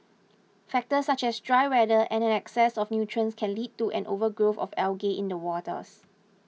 factors such as dry weather and an excess of nutrients can lead to an overgrowth of algae in the waters